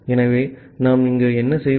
ஆகவே நாம் இங்கே என்ன செய்வது